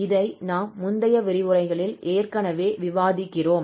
இதை நாம் முந்தைய விரிவுரைகளில் ஏற்கனவே விவாதித்திருக்கிறோம்